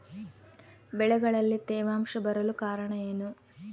ಬೆಳೆಗಳಲ್ಲಿ ತೇವಾಂಶ ಬರಲು ಕಾರಣ ಏನು?